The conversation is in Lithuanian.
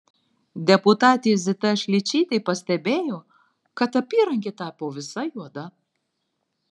deputatė zita šličytė pastebėjo kad apyrankė tapo visa juoda